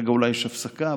כרגע אולי יש הפסקה,